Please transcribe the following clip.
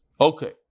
Okay